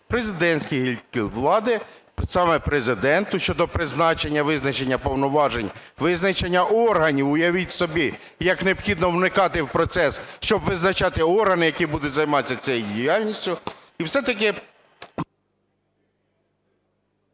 президентській гілці влади, саме Президенту щодо призначення, визначення повноважень, визначення органів. Уявіть собі, як необхідно вникати в процес, щоб визначати органи, які будуть займатися цією діяльністю, і все-таки...